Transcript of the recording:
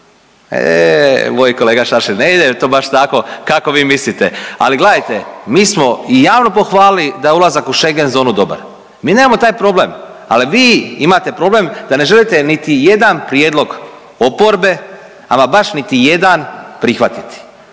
E moj kolega Šašlin, ne ide to baš tako kako vi mislite, ali gledajte mi smo i javno pohvalili da je ulazak u schengen zonu dobar, mi nemamo taj problem, ali vi imate problem da ne želite niti jedan prijedlog oporbe, ama baš niti jedan prihvatiti.